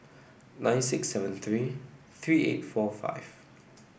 nine six seven three three eight four five